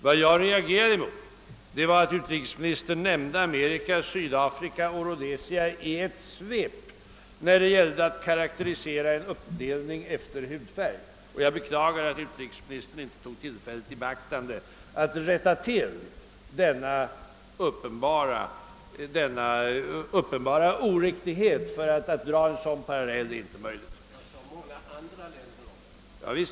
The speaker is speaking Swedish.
Vad jag reagerade mot var att utrikesministern nämnde Amerika, Sydafrika och Rhodesia i ett svep när det gällde att karakterisera en uppdelning efter hudfärg. Jag beklagar att han nu inte tog tillfället i akt att rätta till denna uppenbara oriktighet, ty att dra en sådan parallell är inte möjligt.